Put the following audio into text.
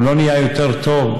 הוא לא נהיה יותר טוב,